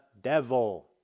devil